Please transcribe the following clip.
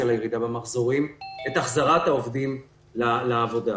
לירידה במחזורים את החזרת העובדים לעבודה.